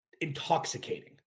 intoxicating